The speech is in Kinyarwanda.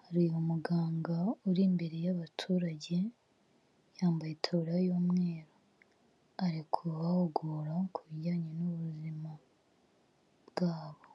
hari umuganga uri imbere y'abaturage, yambaye itaburiya y'umweru, ari kubahugura ku bijyanye n'ubuzima bwabo.